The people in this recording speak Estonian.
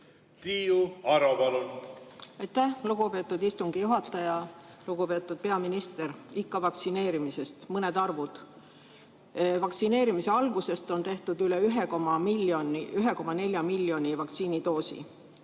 Tiiu Aro, palun! Aitäh, lugupeetud istungi juhataja! Lugupeetud peaminister! Ikka vaktsineerimisest. Mõned arvud: vaktsineerimise algusest on tehtud üle 1,4 miljoni vaktsiinidoosi,